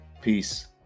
Peace